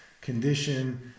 condition